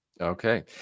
Okay